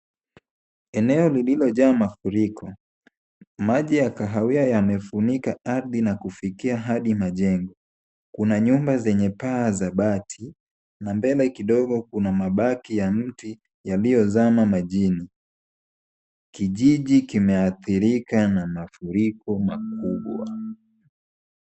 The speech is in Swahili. Eneo lililojaa mafuriko. Maji ya kahawia yamefunika ardhi na kufikia hadi majengo. Kuna nyumba zenye paa za bati na mbele kidogo kuna mabaki ya mti yaliyozama majini. Kijiji kimeathirika na mafuriko makubwa.